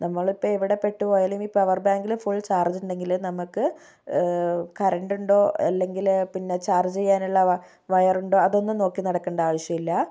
നമ്മളിപ്പം എവിടെ പെട്ടു പോയാലും ഈ പവർ ബാങ്കിൽ ഫുൾ ചാർജ്ജുണ്ടെങ്കിൽ നമുക്ക് കറണ്ടുണ്ടോ അല്ലെങ്കിൽ പിന്നെ ചാർജ് ചെയ്യാനുള്ള വയറുണ്ടോ അതൊന്നും നോക്കി നടക്കേണ്ട ആവശ്യമില്ല